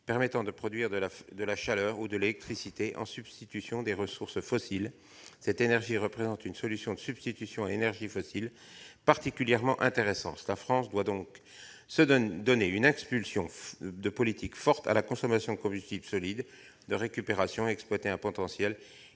permettant de produire de la chaleur ou de l'électricité en substitution de ressources fossiles, elle représente une solution particulièrement intéressante. La France doit donc donner une impulsion politique forte à la consommation de combustibles solides de récupération et exploiter le potentiel